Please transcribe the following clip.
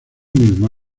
mismo